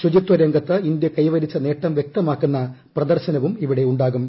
ശുചിത്വ രംഗത്ത് ഇന്ത്യ കൈവരിച്ച നേട്ടം വൃക്തമാക്കുന്ന പ്രദർശനവും ഇവിടെ ഉണ്ടാകും